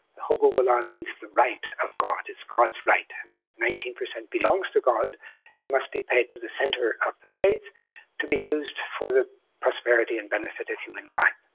huquq'u'llah means the right of god is god's right, and that nineteen percent belongs to god and must be paid to the center of the faith to be used for the prosperity and benefit of humankind.